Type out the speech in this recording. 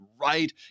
right